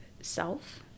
self